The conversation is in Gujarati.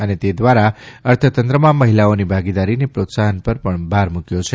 અને તે દ્વારા અર્થતંત્રમાં મહિલાઓની ભાગીદારીને પ્રોત્સાહન પર ભાર આપ્યો છે